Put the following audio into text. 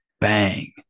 bang